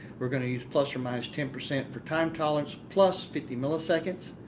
we're going to use plus or minus ten percent for time tolerance plus fifty milliseconds.